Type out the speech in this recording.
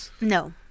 No